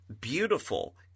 beautiful